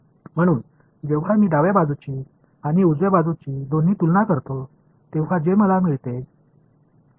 म्हणून जेव्हा मी डाव्या बाजूची आणि उजव्या बाजूची दोन्ही तुलना करतो तेव्हा जे मला मिळते